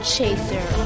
Chaser